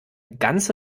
ganze